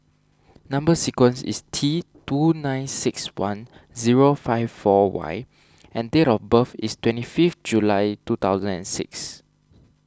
Number Sequence is T two nine six one zero five four Y and date of birth is twenty fifth July two thousand and six